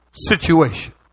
situation